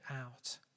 out